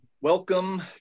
Welcome